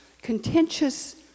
contentious